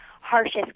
harshest